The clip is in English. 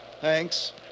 Thanks